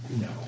No